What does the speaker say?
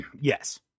yes